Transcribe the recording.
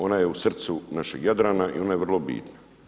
Ona je u srcu našeg Jadrana i ona je vrlo bitna.